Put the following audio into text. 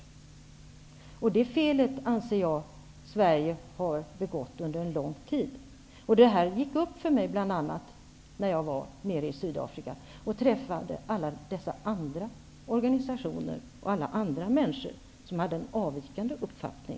Det är ett fel som jag anser att man i Sverige har gjort sig skyldig till under en lång tid. Detta gick upp för mig bl.a. när jag var i Sydafrika, då jag träffade företrädare för de många andra organisationer som finns och för alla de människor som har en avvikande uppfattning.